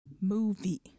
movie